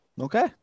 Okay